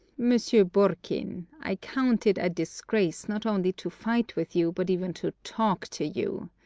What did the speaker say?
monsieur borkin, i count it a disgrace not only to fight with you, but even to talk to you!